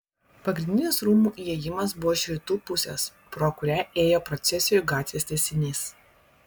pagrindinis rūmų įėjimas buvo iš rytų pusės pro kurią ėjo procesijų gatvės tęsinys